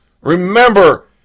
Remember